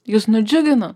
jus nudžiugino